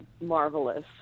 marvelous